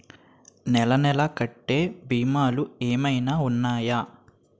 నెల నెల కట్టే భీమాలు ఏమైనా ఉన్నాయా?